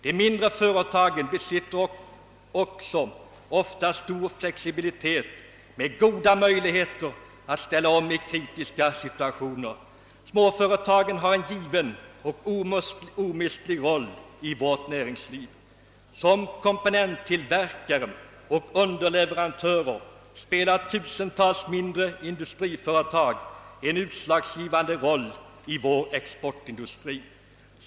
De mindre företagen besitter också ofta stor flexibilitet med goda möjligheter att ställa om i kritiska situationer. Småföretagen har en given och omistlig roll i vårt näringsliv. Som komponenttillverkare och underieverantörer spelar tusentals mindre industriföretag en utslagsgivande roll i vår exportindustri.